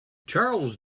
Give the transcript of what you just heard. charles